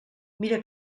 mira